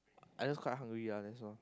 I just quite hungry ya that's all